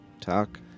Talk